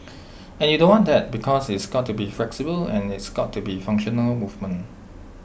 and you don't want that because it's got to be flexible and it's got to be functional movement